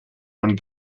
von